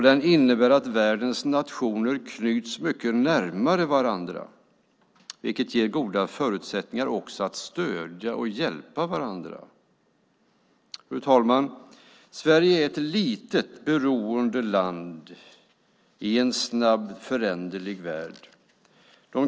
Den innebär att världens nationer knyts närmare varandra, vilket ger goda förutsättningar att stödja och hjälpa varandra. Fru talman! Sverige är ett litet beroende land i en snabbt föränderlig värld.